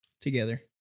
together